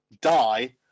die